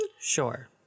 sure